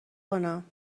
کنم